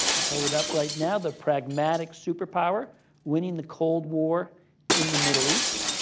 hold it up right now, the pragmatic superpower winning the cold war in the middle east.